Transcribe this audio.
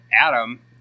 Adam